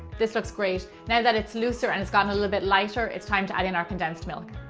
this looks great! now that it's looser and it's gotten a bit lighter, it's time to add in our condensed milk.